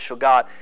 God